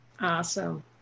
Awesome